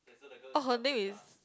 orh her name is